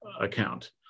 account